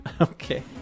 Okay